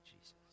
Jesus